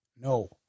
No